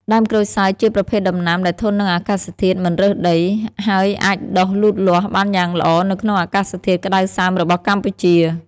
ដើមក្រូចសើចជាប្រភេទដំណាំដែលធន់នឹងអាកាសធាតុ មិនរើសដី ហើយអាចដុះលូតលាស់បានយ៉ាងល្អនៅក្នុងអាកាសធាតុក្តៅសើមរបស់កម្ពុជា។